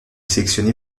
sélectionné